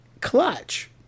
Clutch